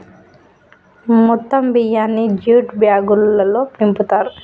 మొత్తం బియ్యాన్ని జ్యూట్ బ్యాగులల్లో నింపుతారు